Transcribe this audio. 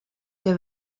que